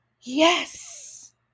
yes